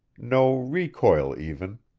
no recoil even.